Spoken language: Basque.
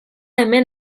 hemen